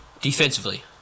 Defensively